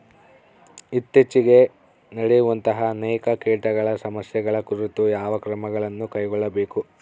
ಇತ್ತೇಚಿಗೆ ನಡೆಯುವಂತಹ ಅನೇಕ ಕೇಟಗಳ ಸಮಸ್ಯೆಗಳ ಕುರಿತು ಯಾವ ಕ್ರಮಗಳನ್ನು ಕೈಗೊಳ್ಳಬೇಕು?